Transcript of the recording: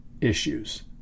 issues